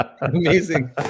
amazing